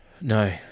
No